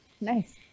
nice